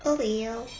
oh well